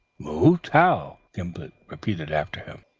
moved? how? gimblet repeated after him.